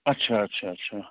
अच्छा अच्छा अच्छा